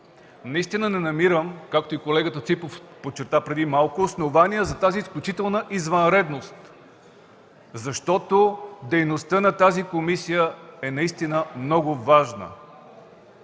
Наистина не намирам, както и колегата Ципов подчерта преди малко, основания за тази изключителна извънредност, защото дейността на комисията е наистина много важна.